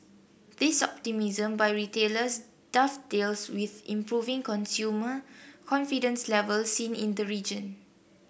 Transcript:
this optimism by retailers dovetails with improving consumer confidence levels seen in the region